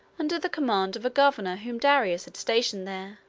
under the command of a governor whom darius had stationed there.